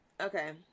Okay